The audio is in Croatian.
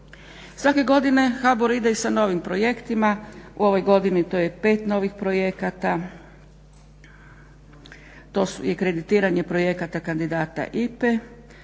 Svake godine HBOR ide i sa novim projektima, u ovoj godini to je pet novih projekata. To je kreditiranje projekata kandidata IPA-e,